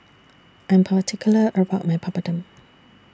I'm particular about My Papadum